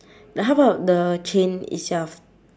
like how about the chain itself